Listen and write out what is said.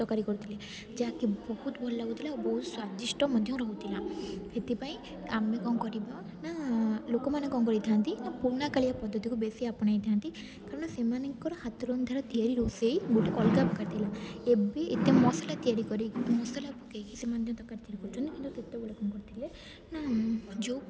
ତରକାରୀ କରୁଥିଲେ ଯାହାକି ବହୁତ ଭଲ ଲାଗୁଥିଲା ଆଉ ବହୁତ ସ୍ୱାଦିଷ୍ଟ ମଧ୍ୟ ରହୁଥିଲା ସେଥିପାଇଁ ଆମେ କଣ କରିବା ନା ଲୋକମାନେ କଣ କରିଥାନ୍ତି ନା ପୁରୁଣା କାଳିଆ ପଦ୍ଧତିକୁ ବେଶି ଆପଣେଇଥାନ୍ତି କାରଣ ସେମାନଙ୍କର ହାତରନ୍ଧା ତିଆରି ରୋଷେଇ ଗୋଟେ ଅଲଗା ପ୍ରକାର ଥିଲା ଏବେ ଏତେ ମସଲା ତିଆରି କରି ମସଲା ପକେଇକି ସେମାନେ ତରକାରୀ ତିଆରି କରୁଛନ୍ତି କିନ୍ତୁ ସେତେବେଳେ କଣ କରୁଥିଲେ ନା ଯେଉଁ